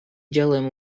делаем